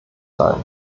sein